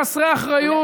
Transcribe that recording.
חסרי אחריות,